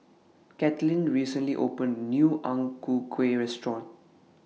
Kathlene recently opened A New Ang Ku Kueh Restaurant